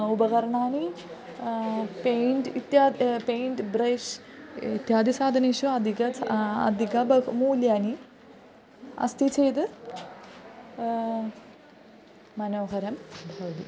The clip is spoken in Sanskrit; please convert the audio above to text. उपकरणानि पेण्ट् इत्यादीनि पेण्ट् ब्रेश् इत्यादि साधनेषु अधिकम् अधिकं बहु मूल्यानि अस्ति चेद् मनोहरं भवति